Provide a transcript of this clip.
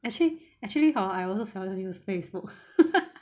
actually actually hor I also seldom use Facebook